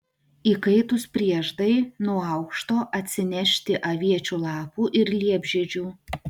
įkaitus prieždai nuo aukšto atsinešti aviečių lapų ir liepžiedžių